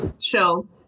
show